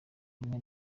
rumwe